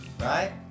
right